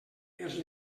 els